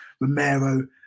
Romero